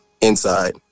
inside